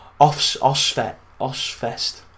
Osfest